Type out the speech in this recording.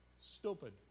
Stupid